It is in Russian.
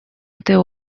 этой